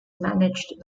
managed